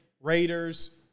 Raiders